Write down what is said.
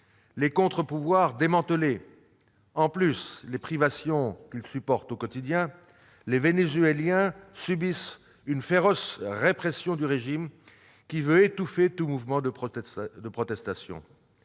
les contre-pouvoirs démantelés. En plus des privations qu'ils supportent au quotidien, les Vénézuéliens subissent une féroce répression de la part du régime, qui veut étouffer tout mouvement de protestation